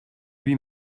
lui